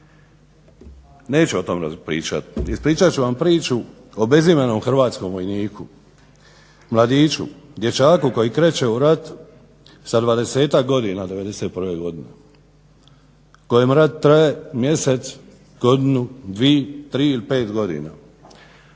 Neću o tome pričati. Ispričat ću vam priču o bezimenom hrvatskom vojniku, mladiću, dječaku koji kreće u rat sa 20 godina 91. godine kojem rat traje mjesec, godinu, dvije, tri ili pet godina,